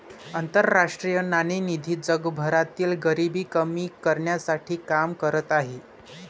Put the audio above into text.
आंतरराष्ट्रीय नाणेनिधी जगभरातील गरिबी कमी करण्यासाठी काम करत आहे